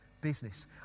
business